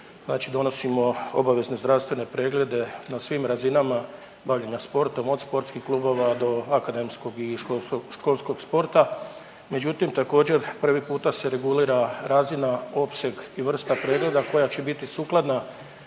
donosimo obavezne zdravstvene preglede na svim razinama bavljenja sportom, od sportskih klubova do akademskog i školskog sporta. Međutim, također, prvi puta se regulira razina, opseg i vrsta pregleda koja će biti sukladno